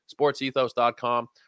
sportsethos.com